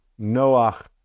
Noach